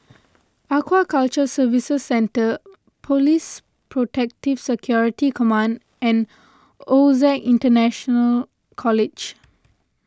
Aquaculture Services Centre Police Protective Security Command and Osac International College